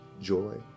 Joy